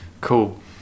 Cool